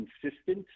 consistent